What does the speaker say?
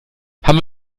haben